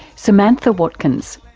samantha watkins,